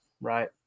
Right